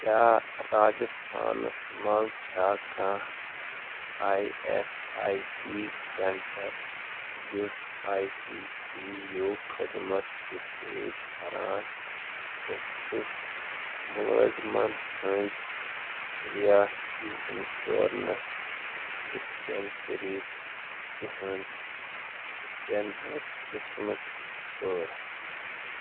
کیٛاہ راجستھانس مَنٛز چھا کانٛہہ آی اٮ۪س آی سی سینٹر یُس آی سی سی یوٗ خدمت چھُ پیش کران تہٕ چھُکھ مُلٲزِمن ہِنٛز رِیٲستی اِنشورَنس ڈِسپٮ۪نٛسرٛی تِہنٛدِ سینٹر قٕسمٕک پٲٹھۍ